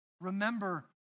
Remember